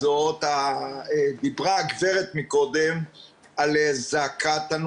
וזולה יותר וזה דבר שגם משפחות רוצות